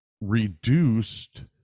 reduced